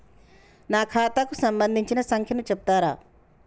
నా ఖాతా కు సంబంధించిన సంఖ్య ను చెప్తరా?